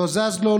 לא מזיז לו,